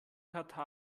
katar